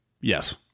Yes